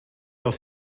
els